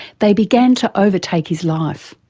they began to overtake his life.